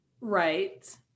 right